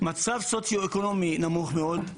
מצב סוציו-אקונומי נמוך מאוד,